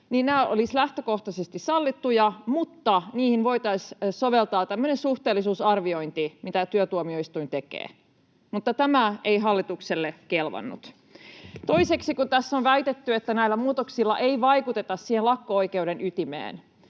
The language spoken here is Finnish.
nämä olisivat lähtökohtaisesti sallittuja, mutta niihin voitaisiin soveltaa tämmöistä suhteellisuusarviointia, mitä työtuomioistuin tekee. Mutta tämä ei hallitukselle kelvannut. Toiseksi, kun tässä on väitetty, että näillä muutoksilla ei vaikuteta siihen lakko-oikeuden ytimeen,